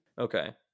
Okay